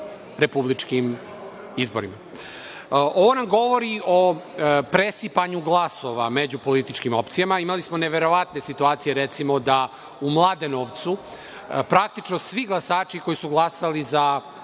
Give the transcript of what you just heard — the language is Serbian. republičkim izborima. Ovo nam govori o presipanju glasova među političkim opcijama. Imali smo neverovatne situacije, recimo, da u Mladenovcu praktično svi glasači koji su glasali za